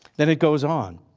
then it goes on,